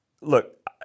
Look